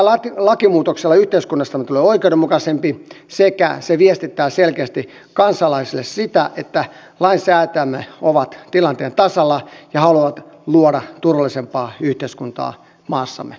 tällä lakimuutoksella yhteiskunnastamme tulee oikeudenmukaisempi sekä se viestittää selkeästi kansalaisille sitä että lainsäätäjämme ovat tilanteen tasalla ja haluavat luoda turvallisempaa yhteiskuntaa maassamme